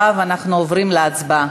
עכשיו אנחנו עוברים להצבעה.